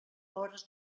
hores